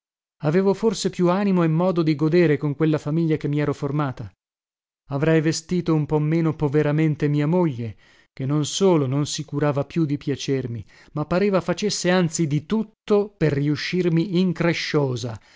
avevo forse più animo e modo di godere con quella famiglia che mi ero formata avrei vestito un po meno poveramente mia moglie che non solo non si curava più di piacermi ma pareva facesse anzi di tutto per riuscirmi incresciosa